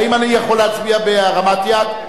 האם אני יכול להצביע בהרמת יד?